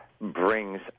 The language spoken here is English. brings